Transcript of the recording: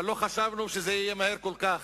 אבל לא חשבנו שזה יהיה מהר כל כך,